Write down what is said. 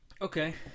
okay